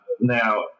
now